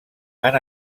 han